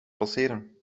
passeren